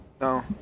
No